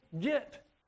get